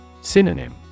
Synonym